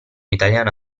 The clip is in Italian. italiano